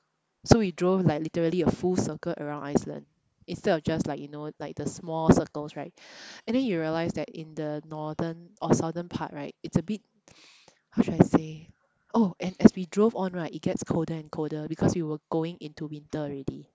so we drove like literally a full circle around Iceland instead of just like you know like the small circles right and then you realise that in the northern or southern part right it's a bit how should I say oh and as we drove on right it gets colder and colder because we were going into winter already